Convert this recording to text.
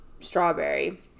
strawberry